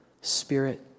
spirit